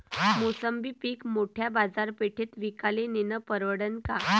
मोसंबी पीक मोठ्या बाजारपेठेत विकाले नेनं परवडन का?